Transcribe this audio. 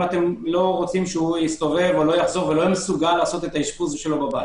אם אתם לא רוצים שהוא לא יסתובב ולא מסוגל לעשות את האשפוז שלו בבית.